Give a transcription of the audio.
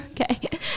Okay